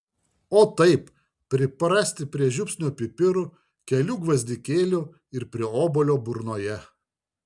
o taip priprasti prie žiupsnio pipirų kelių gvazdikėlių ir prie obuolio burnoje